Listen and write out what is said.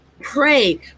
pray